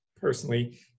personally